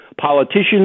politicians